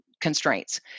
constraints